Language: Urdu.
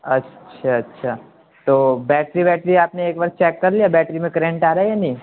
اچھا اچھا تو بیٹری ویٹری آپ نے ایک بار چیک کر لیا بیٹری میں کرنٹ آ رہا ہے یا نہیں